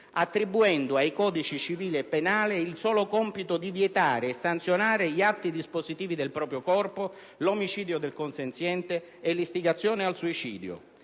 attribuendo al codice civile ed al codice penale il solo compito di vietare e sanzionare gli atti dispositivi del proprio corpo, l'omicidio del consenziente e l'istigazione al suicidio.